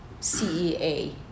CEA